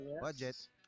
budget